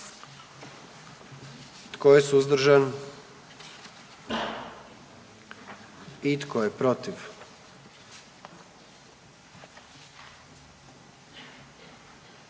Tko je suzdržan? I tko je protiv?